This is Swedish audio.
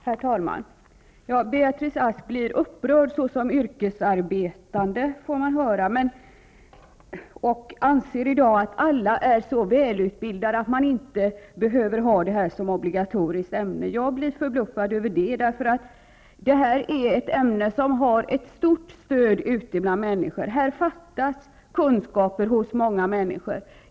Herr talman! Beatrice Ask blir upprörd såsom yrkesarbetande, får vi höra, och anser att alla i dag är så välutbildade att de inte behöver ha hemkunskap som obligatoriskt ämne. Jag blir förbluffad över det, för här handlar det om ett ämne som har stort stöd ute bland människor. Det gäller ett område där det fattas kunskaper hos väldigt många.